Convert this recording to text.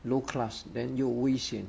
low class then 又危险